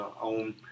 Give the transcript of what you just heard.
own